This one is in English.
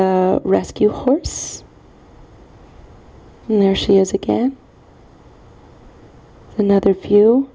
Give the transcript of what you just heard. a rescue horse and there she is again another few